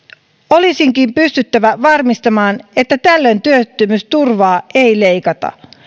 olisikin pystyttävä varmistamaan että tällöin työttömyysturvaa ei leikata